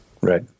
Right